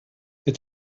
der